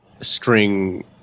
string